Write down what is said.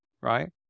right